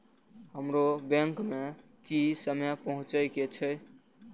हमरो बैंक में की समय पहुँचे के छै?